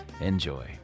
Enjoy